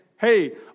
hey